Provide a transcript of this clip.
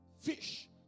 fish